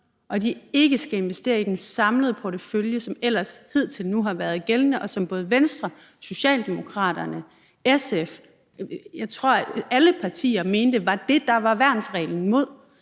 at de ikke skal investere i den samlede portefølje, som det ellers hidtil har været den gældende måde, og som både Venstre, Socialdemokraterne, SF, jeg tror, alle partier, mente var det, der var værnsreglen mod,